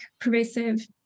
pervasive